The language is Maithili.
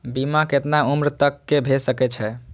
बीमा केतना उम्र तक के भे सके छै?